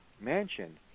mansion